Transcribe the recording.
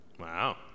Wow